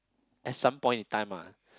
at some point of time lah